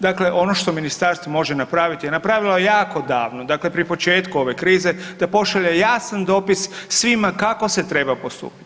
Dakle, ono što ministarstvo može napraviti napravilo je jako davno, dakle pri početku ove krize da pošalje jasan dopis svima kako se treba postupati.